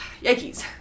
Yankees